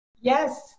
Yes